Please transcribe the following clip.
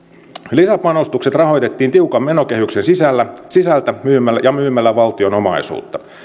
lisäpanostukset rahoitettiin tiukan menokehyksen sisältä ja myymällä valtion omaisuutta